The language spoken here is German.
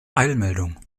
eilmeldung